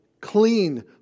clean